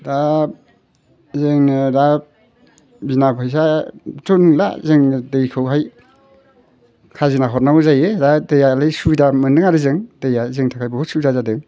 दा जोंनो दा बिना फैसाथ' नंला जोङो दैखौहाय खाजिना हरनांगौ जायो दा दैयालाय सुबिदा मोनो आरो जों दैया जोंनि थाखाय बहुद सुबिदा जादों